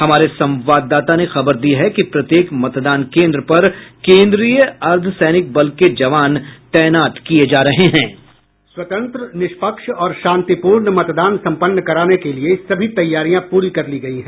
हमारे संवाददाता ने खबर दी है कि प्रत्येक मतदान केन्द्र पर केन्द्रीय अर्द्वसैनिक बल के जवान तैनात किये जा रहे हैं बाईट स्वतंत्र निष्पक्ष और शांतिपूर्ण मतदान सम्पन्न कराने के लिये सभी तैयारियां पूरी कर ली गयी है